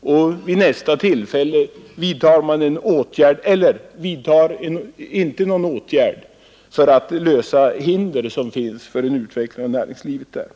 och vid nästa tillfälle uraktlåta att vidta åtgärder för att skaffa undan hinder som finns för en utveckling av näringslivet där.